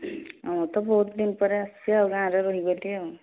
ମୁଁ ତ ବହୁତ ଦିନ ପରେ ଆସିଛି ଆଉ ଗାଁରେ ରହିଗଲି ଆଉ